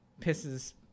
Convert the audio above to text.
pisses